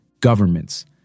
governments